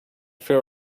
fear